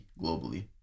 globally